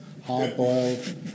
hard-boiled